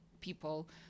people